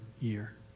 year